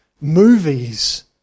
movies